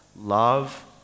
love